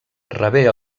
rebé